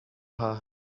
her